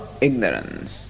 Ignorance